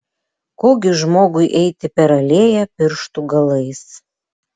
ko gi žmogui eiti per alėją pirštų galais